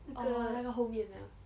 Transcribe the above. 啊那个后面的